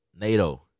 NATO